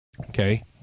okay